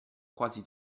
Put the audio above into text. quasi